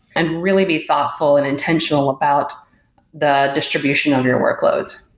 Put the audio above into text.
and really be thoughtful and intentional about the distribution of your workloads.